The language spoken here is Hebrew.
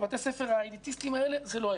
בתי הספר האליטיסטיים האלה זה לא האירוע.